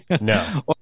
No